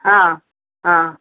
ହଁ ହଁ